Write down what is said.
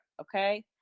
Okay